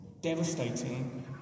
devastating